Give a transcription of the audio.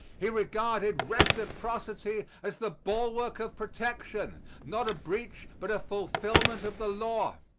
he regarded reciprocity as the bulwark of protection not a breach, but a fulfilment of the law.